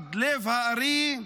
ריצ'רד לב הארי,